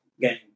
game